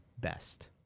best